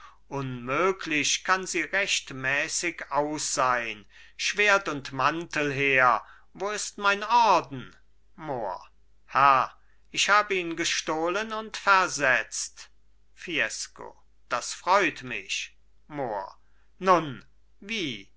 unmöglich kann sie rechtmäßig aus sein schwert und mantel her wo ist mein orden mohr herr ich hab ihn gestohlen und versetzt fiesco das freut mich mohr nun wie